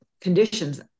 conditions